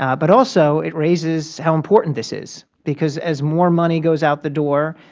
um but also it raises how important this is, because as more money goes out the door,